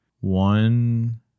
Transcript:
One